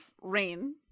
rain